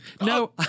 No